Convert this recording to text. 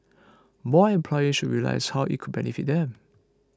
more employers should realise how it could benefit them